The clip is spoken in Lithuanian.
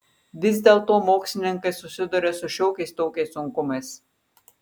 vis dėlto mokslininkai susiduria su šiokiais tokiais sunkumais